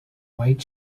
white